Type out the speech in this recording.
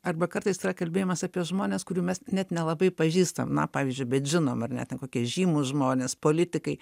arba kartais yra kalbėjimas apie žmones kurių mes net nelabai pažįstam na pavyzdžiui bet žinom ar ne ten kokie žymūs žmonės politikai